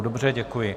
Dobře, děkuji.